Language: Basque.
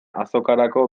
azokarako